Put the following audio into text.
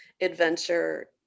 adventure